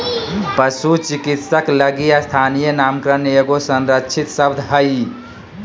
पशु चिकित्सक लगी स्थानीय नामकरण एगो संरक्षित शब्द हइ